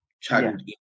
childhood